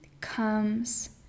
Comes